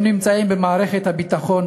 הם נמצאים במערכת הביטחון,